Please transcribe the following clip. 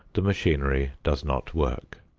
the machinery does not work.